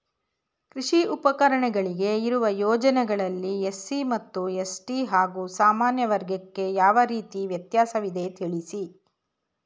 ಕೃಷಿ ಉಪಕರಣಗಳಿಗೆ ಇರುವ ಯೋಜನೆಗಳಲ್ಲಿ ಎಸ್.ಸಿ ಮತ್ತು ಎಸ್.ಟಿ ಹಾಗೂ ಸಾಮಾನ್ಯ ವರ್ಗಕ್ಕೆ ಯಾವ ರೀತಿ ವ್ಯತ್ಯಾಸವಿದೆ ತಿಳಿಸಿ?